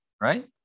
Right